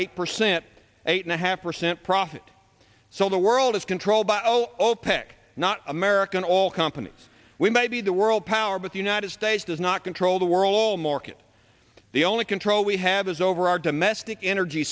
eight percent eight and a half percent profit so the world is controlled by zero opec not american oil companies we may be the word power but the united states does not control the world all market the only control we have is over our domestic energy